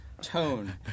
Tone